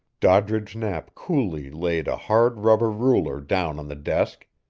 doddridge knapp coolly laid a hard rubber ruler down on the desk,